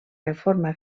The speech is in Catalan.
reforma